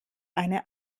eine